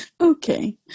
Okay